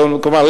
כלומר,